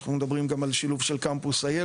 אנחנו מדברים גם על שילוב של קמפוס IL,